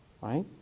right